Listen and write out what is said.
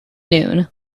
noon